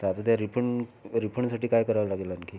आता त्या रिफंड रिफंडसाठी काय करावं लागेल आणखी